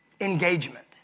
engagement